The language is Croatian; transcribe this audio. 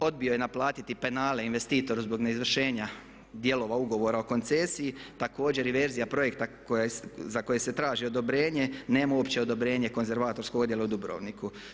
Odbio je naplatiti penale investitoru zbog neizvršenja dijelova ugovora o koncesiji, također inverzija projekta za koje se traži odobrenje, nema uopće odobrenje konzervatorskog odjela u Dubrovniku.